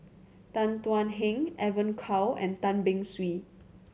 Tan Thuan Heng Evon Kow and Tan Beng Swee